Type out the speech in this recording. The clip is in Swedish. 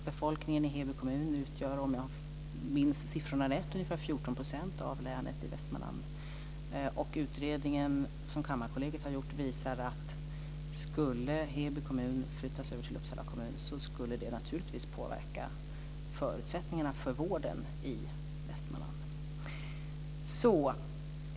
Befolkningen i Heby kommun - om jag minns siffrorna rätt - utgör ungefär 14 % av Västmanlands län. Utredningen som Kammarkollegiet har gjort visar att skulle Heby kommun flyttas över till Uppsala län skulle det naturligtvis påverka förutsättningarna för vården i Västmanland.